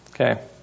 Okay